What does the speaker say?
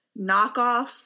knockoff –